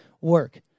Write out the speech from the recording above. work